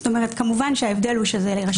זאת אומרת, כמובן שההבדל הוא שזה לרשם העמותות.